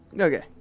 Okay